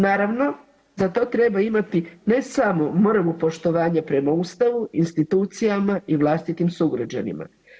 Naravno za to treba imati ne samo mrvu poštovanja prema Ustavu, institucijama i vlastitim sugrađanima.